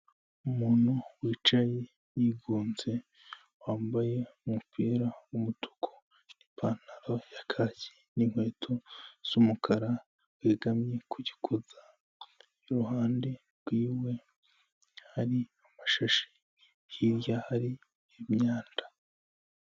Umuntu wicaye yigunze wambaye umupira w'umutuku, ipantaro ya kaki n'inkweto z'umukara wegamye ku gikuta, iruhande rwiwe hari amashashi hirya hari imyanda.